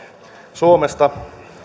suomesta